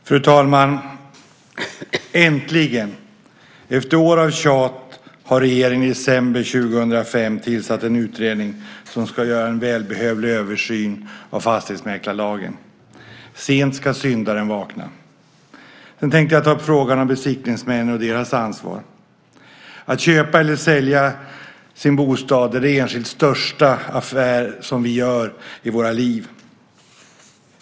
Fru talman! Äntligen! Efter år av tjat har regeringen i december 2005 tillsatt en utredning som ska göra en välbehövlig översyn av fastighetsmäklarlagen. Sent ska syndaren vakna. Jag ska ta upp frågan om besiktningsmän och deras ansvar. Att köpa eller sälja sin bostad är den enskilt största affär som vi gör i våra liv.